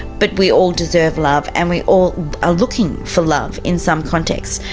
but we all deserve love and we all are looking for love in some context.